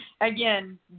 Again